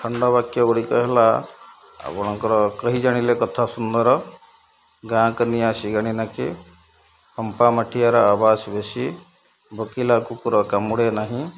ଖଣ୍ଡ ବାକ୍ୟ ଗୁଡ଼ିକ ହେଲା ଆପଣଙ୍କର କହି ଜାଣିଲେ କଥା ସୁନ୍ଦର ଗାଁ କାନିଆଁ ସିଙ୍ଘାଣୀ ନାକି ଫମ୍ପା ମାଠିଆର ଆବାଜ୍ ବେଶୀ ଭୋକିଲା କୁକୁର କାମୁଡ଼େ ନାହିଁ